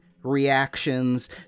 reactions